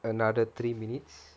another three minutes